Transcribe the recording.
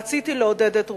רציתי לעודד את רוחם.